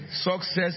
Success